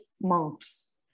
months